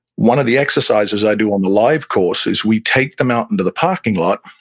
one of the exercises i do on the live course is we take them out into the parking lot,